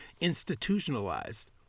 institutionalized